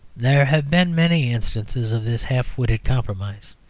there have been many instances of this half-witted compromise.